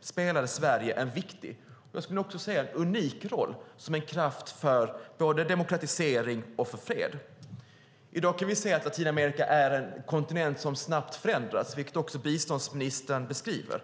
spelade Sverige en viktig och unik roll som en kraft för demokratisering och fred. I dag kan vi se att Latinamerika är en kontinent som snabbt förändras, vilket biståndsministern också beskriver.